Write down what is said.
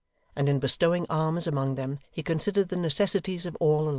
and in bestowing alms among them he considered the necessities of all alike,